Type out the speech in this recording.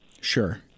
Sure